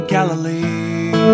Galilee